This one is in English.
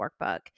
workbook